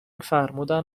فرمودن